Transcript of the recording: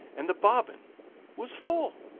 and the bobbin was full.